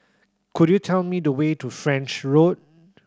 could you tell me the way to French Road